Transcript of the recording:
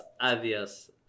Adios